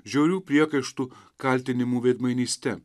žiaurių priekaištų kaltinimų veidmainyste